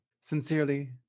Sincerely